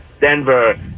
Denver